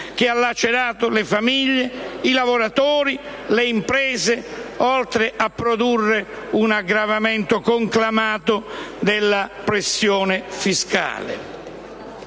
che ha lacerato le famiglie, i lavoratori e le imprese, oltre a produrre un aggravamento conclamato della pressione fiscale.